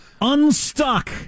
unstuck